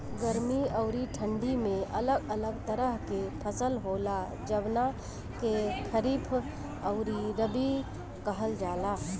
गर्मी अउरी ठंडी में अलग अलग तरह के फसल होला, जवना के खरीफ अउरी रबी कहल जला